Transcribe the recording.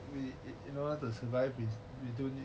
in order to survive is between